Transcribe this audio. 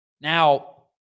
Now